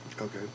Okay